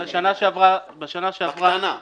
שעברה, בקטנה.